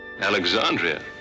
Alexandria